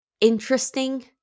interesting